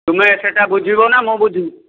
ତୁମେ ସେଇଟା ବୁଝିବ ନା ମୁଁ ବୁଝିବି